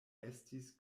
estis